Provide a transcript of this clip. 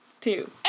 two